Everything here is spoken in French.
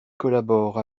collabore